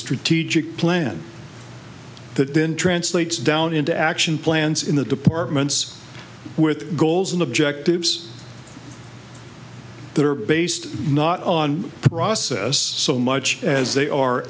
strategic plan that then translates down into action plans in the departments with goals and objectives that are based not on process so much as they are